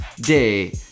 day